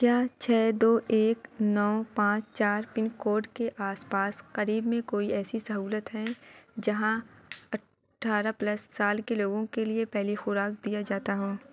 کیا چھ دو ایک نو پانچ چار پنکوڈ کے آس پاس قریب میں کوئی ایسی سہولت ہے جہاں اٹھارہ پلس سال کے لوگوں کے لیے پہلی خوراک دیا جاتا ہو